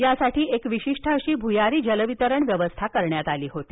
यासाठी एक विशिष्ट अशी भुयारी जल वितरण व्यवस्था करण्यात आली होती